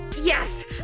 yes